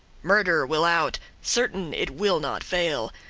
murder will out, certain it will not fail,